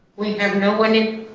we have nobody.